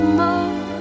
more